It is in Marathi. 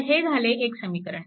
तर हे झाले एक समीकरण